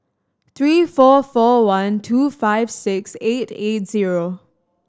three four four one two five six eight eight zero